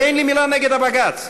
ואין לי מילה נגד הבג"ץ,